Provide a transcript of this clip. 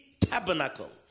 tabernacle